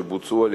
הוא שואל